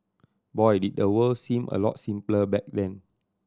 boy did the world seem a lot simpler back then